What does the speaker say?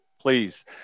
please –